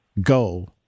go